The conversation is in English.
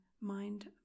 mind